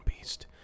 beast